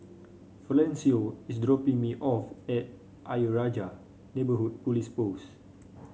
Florencio is dropping me off at Ayer Rajah Neighbourhood Police Post